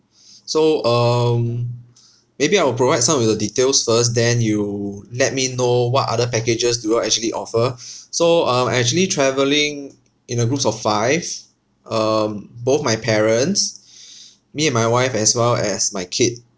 so um maybe I will provide some of the details first then you let me know what other packages do you all actually offer so um I'm actually traveling in a groups of five um both my parents me and my wife as well as my kid